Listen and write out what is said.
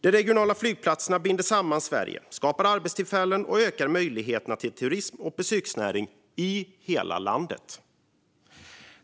De regionala flygplatserna binder samman Sverige, skapar arbetstillfällen och ökar möjligheterna till turism och besöksnäring i hela landet.